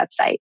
website